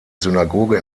synagoge